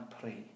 pray